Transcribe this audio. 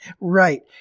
Right